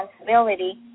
responsibility